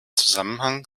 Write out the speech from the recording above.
zusammenhang